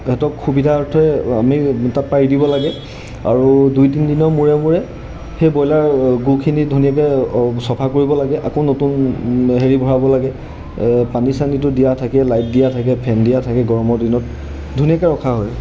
সিহঁতক সুবিধাৰ্থে আমি তাত পাৰি দিব লাগে আৰু দুই তিনিদিনৰ মূৰে মূৰে সেই ব্ৰইলাৰ গুখিনি ধুনীয়াকৈ চফা কৰিব লাগে আকৌ নতুন হেৰি ভৰাব লাগে পানী চানীটো দিয়া থাকে লাইট দিয়া থাকে ফেন দিয়া থাকে গৰমৰ দিনত ধুনীয়াকৈ ৰখা হয়